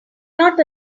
not